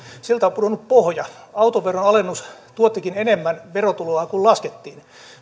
siltä on pudonnut pohja autoveron alennus tuottikin enemmän verotuloa kuin laskettiin